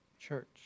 church